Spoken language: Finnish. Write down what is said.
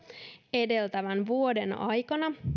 edeltävän vuoden aikana